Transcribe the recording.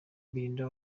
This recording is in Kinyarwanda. belinda